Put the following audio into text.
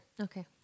Okay